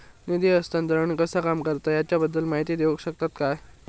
निधी हस्तांतरण कसा काम करता ह्याच्या बद्दल माहिती दिउक शकतात काय?